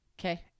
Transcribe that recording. Okay